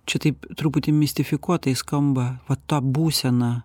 čia taip truputį mistifikuotai skamba va ta būsena